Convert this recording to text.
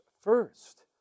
first